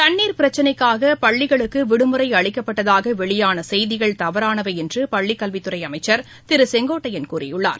தண்ணீர் பிரச்சினைக்காக பள்ளிகளுக்கு விடுமுறை அளிக்கப்பட்டதாக வெளியான செய்திகள் தவறானவை என்று பள்ளிக்கல்வித்துறை அமைச்சர் திரு கே ஏ செங்கோட்டையன் கூறியுள்ளார்